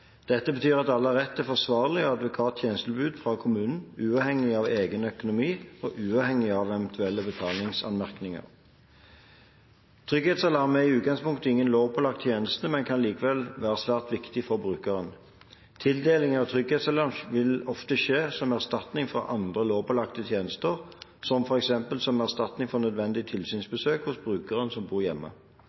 Dette betyr at alle har rett til forsvarlig og adekvat tjenestetilbud fra kommunen, uavhengig av egen økonomi og uavhengig av eventuelle betalingsanmerkninger. Trygghetsalarm er i utgangspunktet ingen lovpålagt tjeneste, men kan allikevel være svært viktig for brukeren. Tildeling av trygghetsalarm vil ofte skje som erstatning av andre lovpålagte tjenester, f.eks. som erstatning for nødvendig tilsynsbesøk hos brukeren som bor hjemme.